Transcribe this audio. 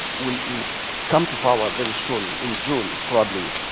will will come to power very soon in june, probably.